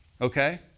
Okay